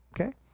Okay